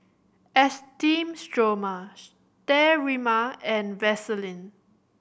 Esteem Stoma Sterimar and Vaselin